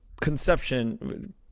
conception